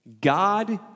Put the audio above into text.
God